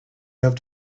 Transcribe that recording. have